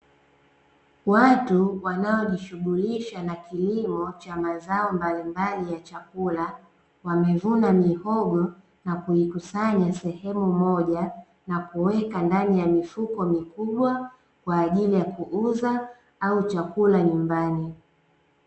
Watu wanaojishughulisha na kilimo cha mazao mbalimbali ya chakula wamevuna mihogo na kuikusanya sehemu moja na kuweka ndani ya mifuko mikubwa kwa ajili ya kuuza au chakula nyumbani .